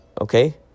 Okay